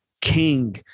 King